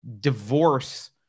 divorce